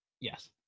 Yes